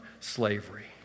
slavery